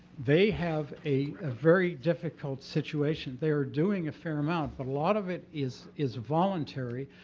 they have a a very difficult situation. they are doing a fair amount, but a lot of it is is voluntary,